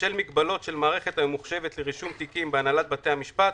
בשל מגבלות של המערכת הממוחשבת לרישום תיקים בהנהלת בתי המשפט,